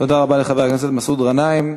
תודה רבה לחבר הכנסת מסעוד גנאים.